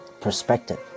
perspective